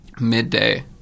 midday